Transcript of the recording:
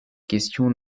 questions